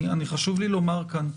חשוב לי לומר כאן,